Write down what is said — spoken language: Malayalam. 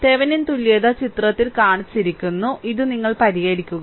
തെവെനിൻ തുല്യത ചിത്രത്തിൽ കാണിച്ചിരിക്കുന്നു ഇത് നിങ്ങൾ പരിഹരിക്കുക